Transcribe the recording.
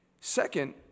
Second